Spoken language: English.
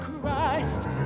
Christ